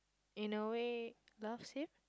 in a way loves him